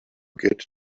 get